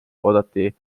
oodati